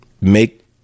make